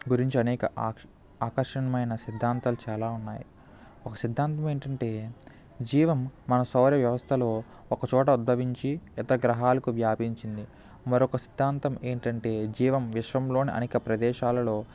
గురించి అనేక ఆక ఆకర్షణమైన సిద్ధాంతాలు చాలా ఉన్నాయి ఒక సిద్ధాంతం ఏంటంటే జీవం మన సౌర వ్యవస్థలో ఒకచోట ఉద్భవించి ఇతర గ్రహాలకు వ్యాపించింది మరొక సిద్ధాంతం ఏంటంటే జీవం విశ్వంలోని అనేక ప్రదేశాలలో